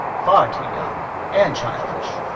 far too young and childish.